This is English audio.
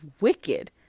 wicked